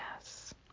Yes